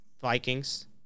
Vikings